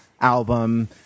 album